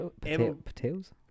Potatoes